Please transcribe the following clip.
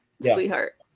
sweetheart